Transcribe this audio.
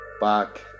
back